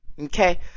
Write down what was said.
Okay